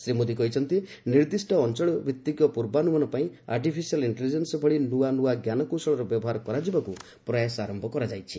ଶ୍ରୀ ମୋଦି କହିଛନ୍ତି ନିର୍ଦ୍ଦିଷ୍ଟ ଅଞ୍ଚଳଭିଭିକ ପୂର୍ବାନୁମାନ ପାଇଁ ଆର୍ଟିଫିସିଆଲ୍ ଇଷ୍ଟେଲିଜେନ୍ସ ଭଳି ନୂଆ ନୂଆ ଜ୍ଞାନକୌଶଳର ବ୍ୟବହାର କରାଯିବାକୁ ପ୍ରୟାସ ଆରମ୍ଭ ହୋଇଯାଇଛି